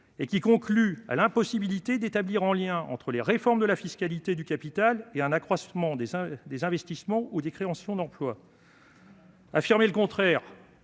celles-ci concluent à l'impossibilité d'établir un lien entre les réformes de la fiscalité du capital et un accroissement des investissements ou des créations d'emplois. Affirmer le contraire-